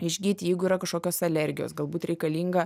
išgyti jeigu yra kažkokios alergijos galbūt reikalinga